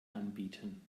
anbieten